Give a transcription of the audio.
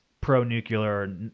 pro-nuclear